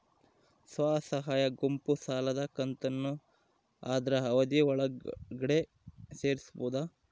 ಸ್ವಸಹಾಯ ಗುಂಪು ಸಾಲದ ಕಂತನ್ನ ಆದ್ರ ಅವಧಿ ಒಳ್ಗಡೆ ತೇರಿಸಬೋದ?